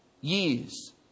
years